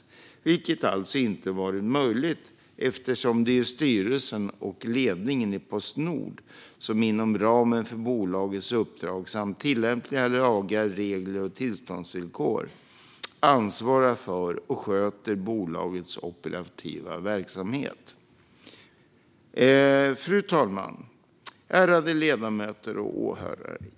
Detta hade alltså inte varit möjligt eftersom det ju är styrelsen och ledningen för Postnord som inom ramen för bolagets uppdrag samt tillämpliga lagar, regler och tillståndsvillkor ansvarar för och sköter bolagets operativa verksamhet. Fru talman, ärade ledamöter och åhörare!